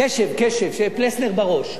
קש"ב, קש"ב, שפלסנר בראש, להקשיב?